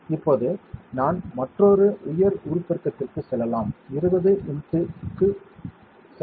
இப்போது நான் மற்றொரு உயர் உருப்பெருக்கத்திற்கு செல்லலாம் 20 x க்கு செல்லலாம்